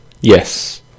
yes